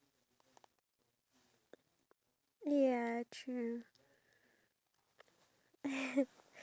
wait that's that's the thing that you going to bring from that era into the modern day right now right